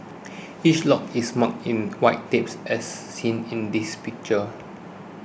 each lot is marked in white tape as seen in this picture